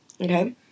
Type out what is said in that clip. Okay